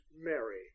Mary